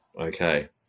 Okay